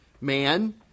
man